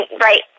right